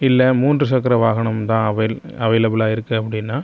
இல்லை மூன்று சக்கர வாகனம்தான் அவைள் அவைலபிலாக இருக்குது அப்படின்னா